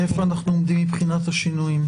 איפה אנחנו עומדים מבחינת השינויים?